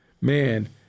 Man